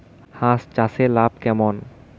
হাঁস চাষে লাভ কেমন?